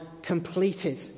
completed